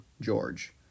George